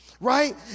Right